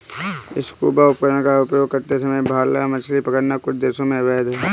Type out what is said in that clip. scuba उपकरण का उपयोग करते समय भाला मछली पकड़ना कुछ देशों में अवैध है